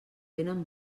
tenen